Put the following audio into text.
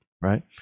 Right